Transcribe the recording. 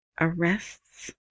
Arrests